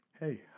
Hey